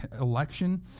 election